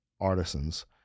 artisans